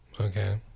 okay